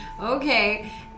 Okay